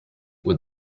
with